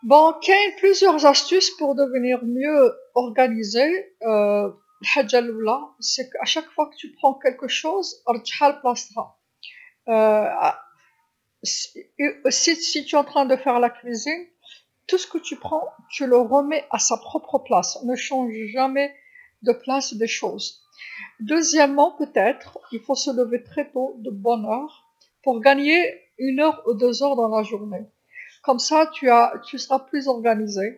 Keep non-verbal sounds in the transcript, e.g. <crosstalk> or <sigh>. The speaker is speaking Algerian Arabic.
حسنًا كاين العديد من النصائح لتصبح أكثر تنظيمًا، <hesitation> الحاجة اللولة هو أنه في كل مرة تأخذ شيئًا رجعها لبلاصتها، <hesitation> إذا كنت ترتب المطبخ كل ما تأخذه فإنك تعيده إلى مكانه الصحيح، لا تغير أماكن الأشياء أبدًا، ثانيًا ربما يتعين عليك الاستيقاظ مبكرًا جدًا، مبكرًا لتوفير ساعة أو يومين في اليوم. بهذه الطريقة سوف تكون أكثر تنظيما.